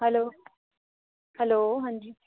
hello hello हां जी